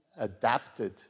adapted